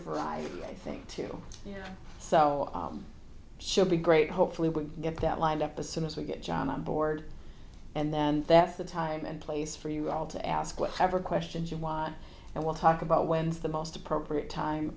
for i think too so should be great hopefully we get that lined up as soon as we get john on board and then that's the time and place for you all to ask whatever questions of why and we'll talk about when's the most appropriate time